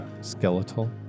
skeletal